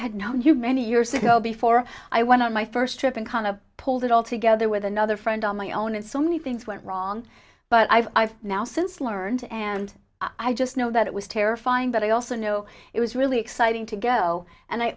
had known you many years ago before i went on my first trip and kind of pulled it all together with another friend on my own and so many things went wrong but i've now since learned and i just know that it was terrifying but i also know it was really exciting to go and i